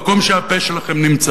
שימו את הכסף שלכם במקום שהפה שלכם נמצא.